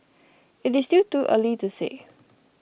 it is still too early to say